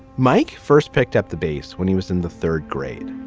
mike first picked up the bass when he was in the third grade.